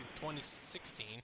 2016